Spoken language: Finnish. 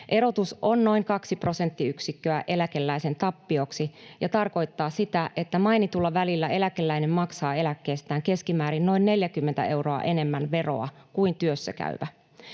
Erotus on noin 2 prosenttiyksikköä eläkeläisen tappioksi ja tarkoittaa sitä, että mainitulla välillä eläkeläinen maksaa eläkkeestään keskimäärin noin 40 euroa enemmän veroa kuin työssäkäyvä.